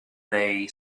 lay